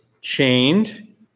chained